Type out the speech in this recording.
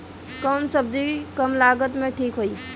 कौन सबजी कम लागत मे ठिक होई?